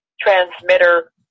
transmitter